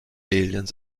aliens